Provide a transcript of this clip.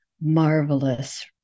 marvelous